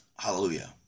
Hallelujah